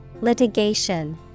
Litigation